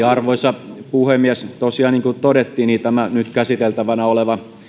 arvoisa puhemies tosiaan niin kuin todettiin tämä nyt käsiteltävänä oleva